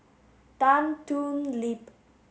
Tan Thoon Lip